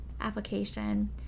application